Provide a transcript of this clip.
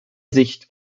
sicht